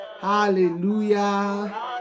Hallelujah